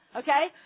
okay